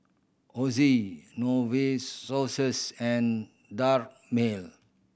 Oxy Novosource and